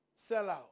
sellout